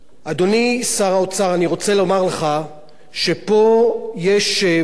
אני רוצה לומר לך שפה יש בעיה של תפיסת יסוד.